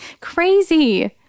crazy